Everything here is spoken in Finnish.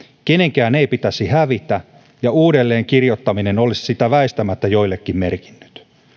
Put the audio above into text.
kenenkään ei pitäisi hävitä ja uudelleen kirjoittaminen olisi sitä väistämättä joillekin merkinnyt